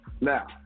Now